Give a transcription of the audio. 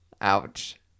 Ouch